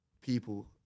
people